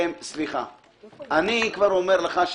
אני כבר אומר לך,